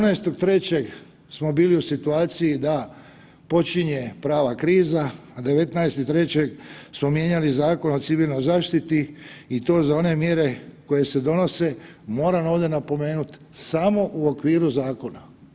18.3. smo bili u situaciji da počinje prava kriza, a 19.3. smo mijenjali Zakon o civilnoj zaštiti i to za one mjere koje se donose, moram ovdje napomenuti samo u okviru zakona.